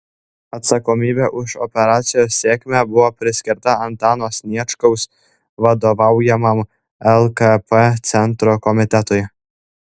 atsakomybė už operacijos sėkmę buvo priskirta antano sniečkaus vadovaujamam lkp centro komitetui